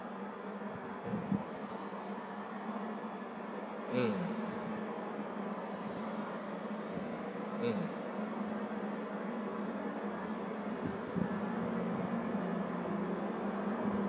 mm mm